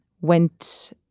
went